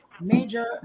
major